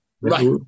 Right